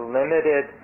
limited